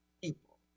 people